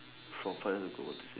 from five years ago what do you say